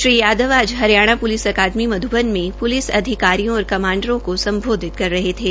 श्री यादव आज आज Haryana police academy Madhuban में पुलिस अधिकारियों और कमांडरों को संबोधित कर रहे थे